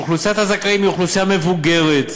אוכלוסיית הזכאים היא אוכלוסייה מבוגרת,